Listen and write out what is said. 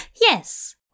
Yes